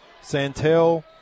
Santel